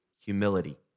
Humility